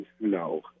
No